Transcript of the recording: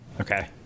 Okay